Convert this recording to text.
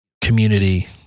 community